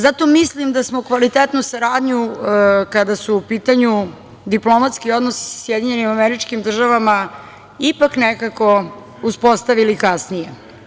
Zato mislim da smo kvalitetnu saradnju kada su u pitanju diplomatski odnosi sa SAD ipak, nekako, uspostavili kasnije.